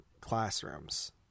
classrooms